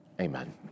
Amen